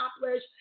accomplish